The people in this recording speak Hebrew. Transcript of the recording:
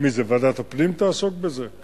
ועדת הפנים תעסוק בזה?